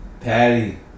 Patty